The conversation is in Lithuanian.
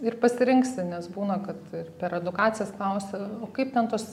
ir pasirinksi nes būna kad ir per edukacijas klausia o kaip ten tos